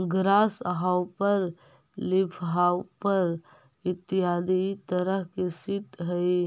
grass hopper leafhopper इत्यादि इ तरह के सीट हइ